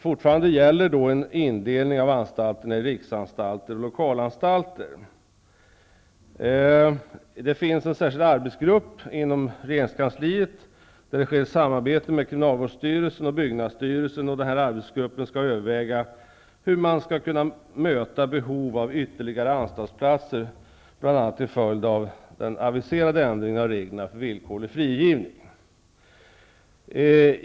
Fortfarande gäller en indelning av anstalterna i riksanstalter och lokalanstalter. Det finns en särskild arbetsgrupp inom regeringskansliet, där det sker ett samarbete med kriminalvårdsstyrelsen och byggnadsstyrelsen, och den arbetsgruppen skall överväga hur man skall kunna möta uppkommande behov av ytterligare anstaltsplatser, bl.a. till följd av den aviserade ändringen av reglerna för villkorlig frigivning.